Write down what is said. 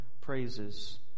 praises